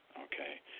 Okay